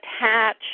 attach